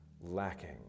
lacking